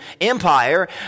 empire